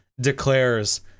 declares